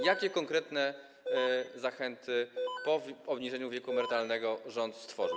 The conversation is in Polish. Jakie konkretne zachęty po obniżeniu wieku emerytalnego rząd stworzył?